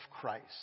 Christ